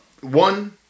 one